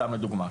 סתם דוגמה.